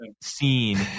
scene